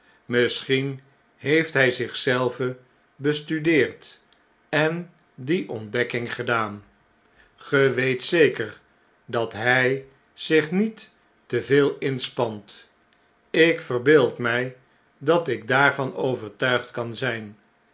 misschien heeft hij zich zelven bestudeerd en die ontdekking gedaan dickens in louden en rarijs in londen en paeijs ge weet zeker dat hjj zich niet te veelinspant ik verbeeld rah dat ik daarvan overtuigd kan zjjn